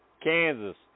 Kansas